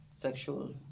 sexual